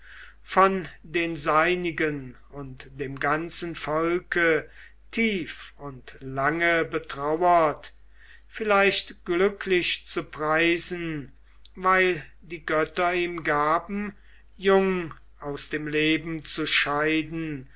von den seinigen und dem ganzen volke tief und lange betrauert vielleicht glücklich zu preisen weil die götter ihm gaben jung aus dem leben zu scheiden